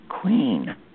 queen